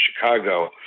Chicago